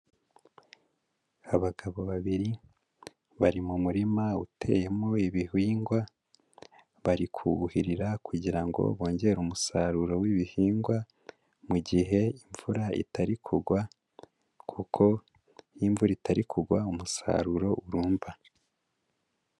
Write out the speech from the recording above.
Abagabo babiri bari mu murima uteyemo ibihingwa bari kubuhirira kugira ngo bongere umusaruro w'ibihingwa mu gihe imvura itari kugwa kuko iyo imvura itari kugwa umusaruro urumba.